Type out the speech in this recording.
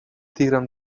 tirem